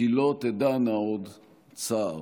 כי לא תדענה עוד צער.